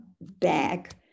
back